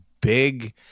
big